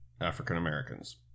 african-americans